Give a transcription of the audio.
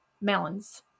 melons